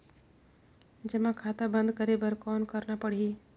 जमा खाता बंद करे बर कौन करना पड़ही?